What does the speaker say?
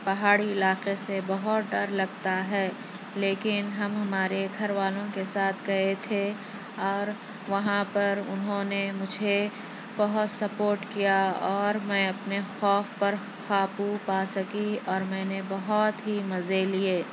پہاڑی علاقے سے بہت ڈر لگتا ہے لیکن ہم ہمارے گھر والوں کے ساتھ گئے تھے اور وہاں پر اُنہوں نے مجھے بہت سپورٹ کیا اور میں اپنے خوف پر قابو پا سکی اور میں نے بہت ہی مزے لیے